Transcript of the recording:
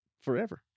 forever